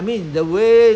that's why now they